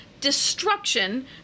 destruction